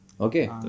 Okay